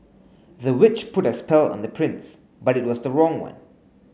the witch put a spell on the prince but it was the wrong one